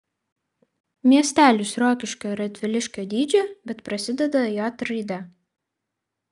miestelis rokiškio ar radviliškio dydžio bet prasideda j raide